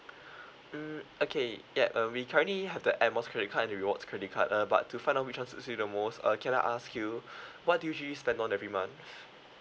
hmm okay ya uh we currently have the air miles credit card and the rewards credit card uh but to find out which one suits you the most uh can I ask you what do you usually spend on every month